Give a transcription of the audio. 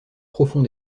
profond